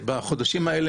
בחודשים האלה,